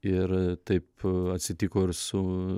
ir taip atsitiko ir su